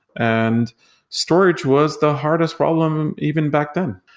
and storage was the hardest problem even back then.